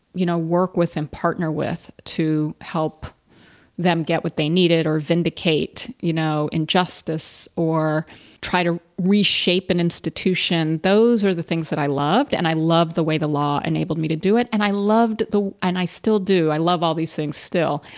you know, work with and partner with to help them get what they needed or vindicate you know, injustice or try to reshape an institution those are the things that i loved, and i loved the way the law enabled me to do it. and i loved the and i still do, i love all these things still,